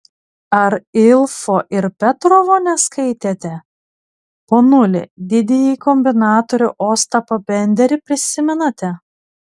ar ilfo ir petrovo neskaitėte ponuli didįjį kombinatorių ostapą benderį prisimenate